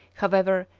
however,